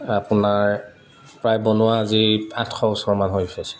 আপোনাৰ প্ৰায় বনোৱা আজি আঠশ বছৰমান হৈছে